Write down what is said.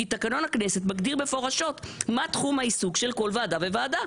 כי תקנון הכנסת מגדיר מפורשות מה תחום העיסוק של כל ועדה וועדה.